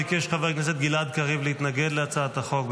ביקש חבר הכנסת גלעד קריב להתנגד להצעת החוק.